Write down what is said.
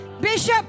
Bishop